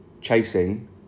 chasing